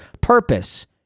purpose